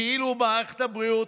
כאילו מערכת הבריאות,